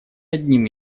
одним